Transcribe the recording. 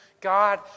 God